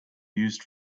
used